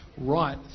right